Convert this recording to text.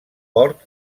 port